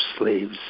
slaves